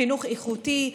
חינוך איכותי,